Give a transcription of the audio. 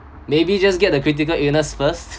maybe just get the critical illness first